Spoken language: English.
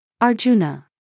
Arjuna